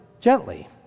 gently